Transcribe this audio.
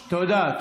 תודה.